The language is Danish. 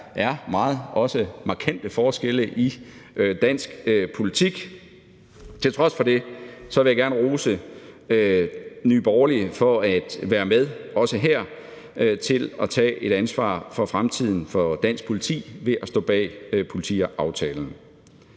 der er også er meget markante forskelle i dansk politik. Til trods for det vil jeg gerne rose Nye Borgerlige for at være med til også her at tage et ansvar for fremtiden for dansk politi ved at stå bag politiaftalen.